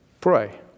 pray